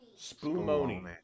Spumoni